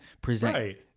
present